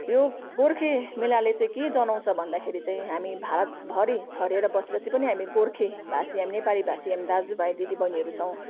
यो गोर्खे मेलाले चाहिँ के जनाउँछ भन्दाखेरि चाहिँ हामी भारतभरि छरिएर बसे जति पनि हामी गोर्खेभाषी हामी नेपालीभाषी हामी दाजुभाइ दिदीबहिनीहरू छौँ